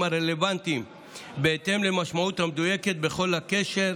הרלוונטיים בהתאם למשמעות המדויקת בכל הקשר,